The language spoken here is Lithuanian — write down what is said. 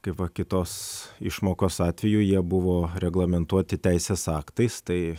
kaip va kai tos išmokos atveju jie buvo reglamentuoti teisės aktais tai